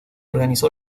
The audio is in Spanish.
organizó